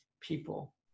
people